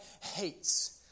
hates